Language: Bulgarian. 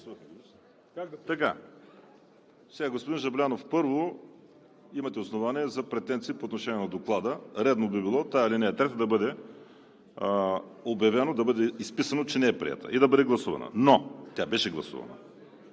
СИМЕОНОВ: Господин Жаблянов, първо, имате основание за претенции по отношение на Доклада. Редно би било тази ал. 3 да бъде обявена, да бъде изписано, че не е приета и да бъде гласувана, но тя беше гласувана.